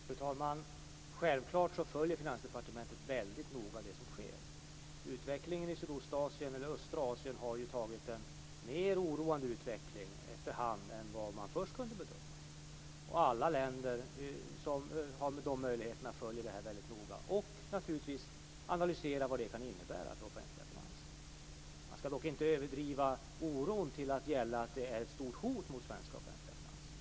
Fru talman! Självklart följer Finansdepartementet väldigt noga det som sker. Utvecklingen i östra Asien har tagit en mer oroande vändning efterhand än vad man först kunde bedöma. Alla länder som har den möjligheten följer detta väldigt noga och naturligtvis analyserar vad det kan innebära för de offentliga finanserna. Man skall inte överdriva oron till att gälla att det är ett stort hot mot svenska offentliga finanser.